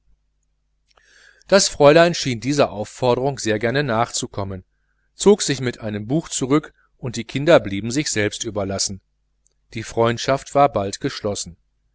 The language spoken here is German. das fräulein schien dieser aufforderung sehr gern nachzukommen zog sich mit einem buch zurück und die kinder blieben sich selbst überlassen die freundschaft war bald geschlossen